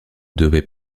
devait